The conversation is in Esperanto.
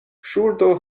ŝuldo